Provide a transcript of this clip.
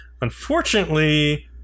Unfortunately